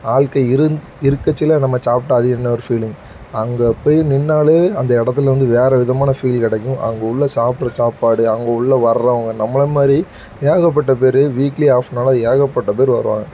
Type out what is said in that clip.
ஆட்கள் இருந் இருக்கச்சில நம்ம சாப்பிட்டா அது என்ன ஒரு ஃபீலிங் அங்கே போய் நின்றாலே அந்த இடத்துலேருந்து வேறே விதமான ஃபீல் கிடைக்கும் அங்கே உள்ள சாப்புடுற சாப்பாடு அங்கே உள்ள வர்றவங்க நம்மளை மாதிரி ஏகப்பட்ட பேர் வீக்லி ஆஃப்னாலே ஏகப்பட்ட பேர் வருவாங்க